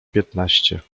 piętnaście